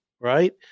right